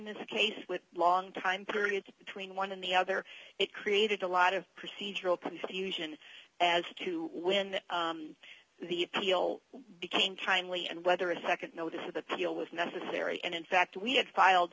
this case with long time period between one and the other it created a lot of procedural confusion as to when the deal became kindly and whether a nd notice of appeal was necessary and in fact we had filed